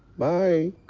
bye